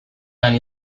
han